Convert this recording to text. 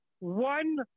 One